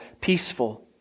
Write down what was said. peaceful